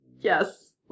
yes